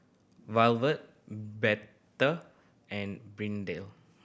Violette Bette and Brittanie